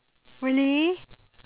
really